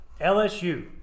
LSU